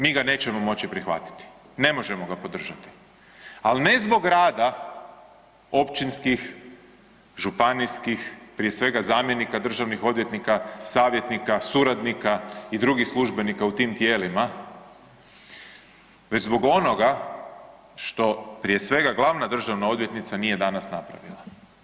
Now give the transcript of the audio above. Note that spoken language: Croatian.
Mi ga nećemo moći prihvatiti, ne možemo ga podržati ali ne zbog rada općinskih, županijskih prije svega zamjenika državnih odvjetnika, savjetnika, suradnika i drugih službenika u tim tijelima već zbog onoga što prije svega glavna državna odvjetnica nije danas napravila.